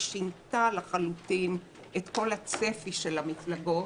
ששינתה לחלוטין את כל הצפי של המפלגות